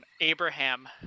Abraham